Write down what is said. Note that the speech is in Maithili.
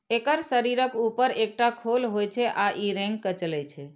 एकर शरीरक ऊपर एकटा खोल होइ छै आ ई रेंग के चलै छै